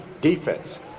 defense